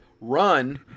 run